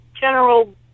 general